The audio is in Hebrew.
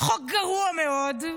חוק גרוע מאוד,